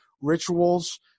rituals